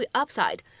upside